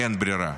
אין ברירה.